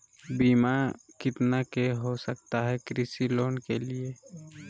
बीमा कितना के हो सकता है कृषि लोन के लिए?